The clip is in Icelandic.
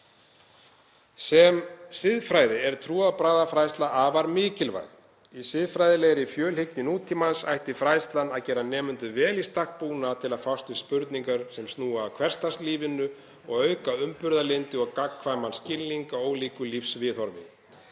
Sem siðfræði er trúarbragðafræðsla afar mikilvæg. Í siðfræðilegri fjölhyggju nútímans ætti fræðslan að gera nemendur vel í stakk búna til að fást við spurningar sem snúa að hversdagslífinu og auka umburðarlyndi og gagnkvæman skilning á ólíku lífsviðhorfi.